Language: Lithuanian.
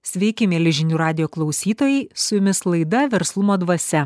sveiki mieli žinių radijo klausytojai su jumis laida verslumo dvasia